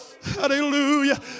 Hallelujah